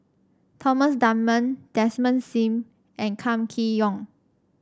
Thomas Dunman Desmond Sim and Kam Kee Yong